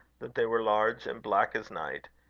that they were large, and black as night,